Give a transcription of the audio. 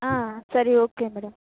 சரி okay madam